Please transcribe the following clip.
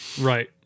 Right